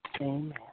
amen